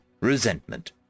resentment